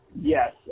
Yes